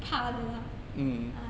怕了啦 ah